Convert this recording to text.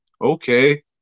okay